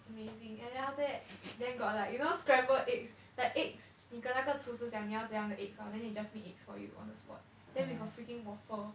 amazing and then after that then got like you know scrambled eggs the eggs 你跟那个厨师讲你要怎样的 eggs lor then they just make eggs for you on the spot then with a freaking waffle